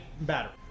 battery